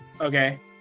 Okay